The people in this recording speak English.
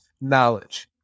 knowledge